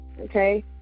okay